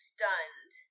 stunned